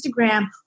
Instagram